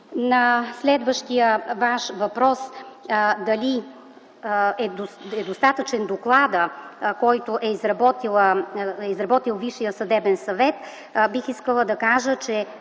На следващия Ваш въпрос – дали е достатъчен доклада, който е изработил Висшия съдебен съвет, бих искала да кажа, че